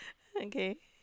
okay